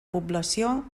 població